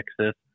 Texas